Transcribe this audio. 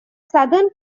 southern